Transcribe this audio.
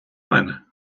мене